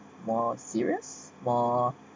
more serious more